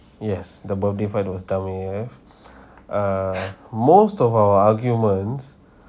yes the birthday fought was dummy err most of our arguement